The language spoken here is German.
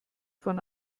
von